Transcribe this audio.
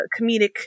comedic